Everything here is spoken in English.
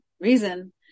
reason